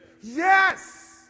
yes